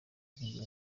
ingendo